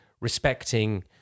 respecting